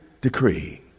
decree